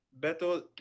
Beto